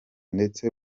ndetse